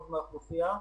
המצב הוא לא פשוט.